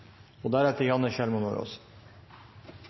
og deretter